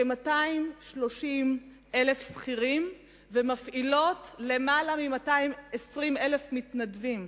כ-230,000 שכירים ומפעילות יותר מ-220,000 מתנדבים.